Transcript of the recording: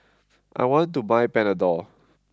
I want to buy Panadol